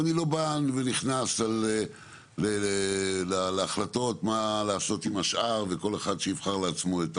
אני לא בא ונכנס להחלטות מה לעשות עם השאר וכל אחד שיבחר לעצמו.